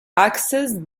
accessed